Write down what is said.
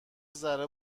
ذره